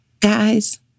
Guys